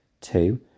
Two